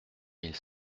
mille